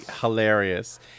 hilarious